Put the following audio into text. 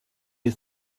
you